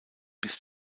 bis